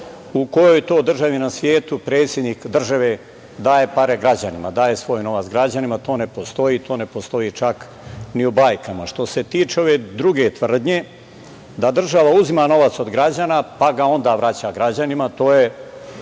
u kojoj to državi na svetu predsednik države daje pare građanima, daje svoj novac građanima? To ne postoji. To ne postoji čak ni u bajkama. Što se tiče ove druge tvrdnje, da država uzima novac od građana, pa ga onda vraća građanima, to je